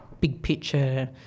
big-picture